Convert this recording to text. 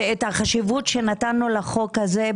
ואת החשיבות שנתנו לחוק הזה,